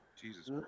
Jesus